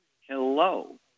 Hello